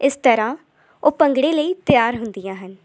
ਇਸ ਤਰਾਂ ਉਹ ਭੰਗੜੇ ਲਈ ਤਿਆਰ ਹੁੰਦੀਆਂ ਹਨ